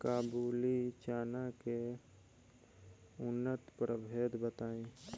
काबुली चना के उन्नत प्रभेद बताई?